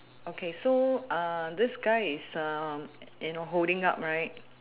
okay so uh this guy is uh you know holding up right